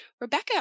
Rebecca